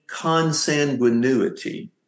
consanguinity